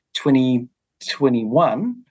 2021